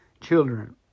Children